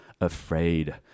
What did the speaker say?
afraid